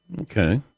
Okay